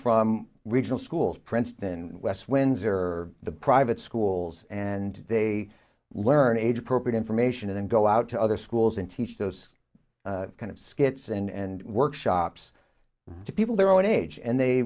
from regional schools princeton west windsor the private schools and they learn age appropriate information and go out to other schools and teach those kind of skits and workshops to people their own age and they